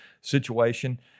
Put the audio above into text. situation